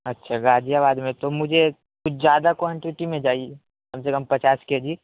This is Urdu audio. اچھا غازی آباد میں تو مجھے کچھ زیادہ کوانٹیٹی میں چاہیے کم سے کم پچاس کے جی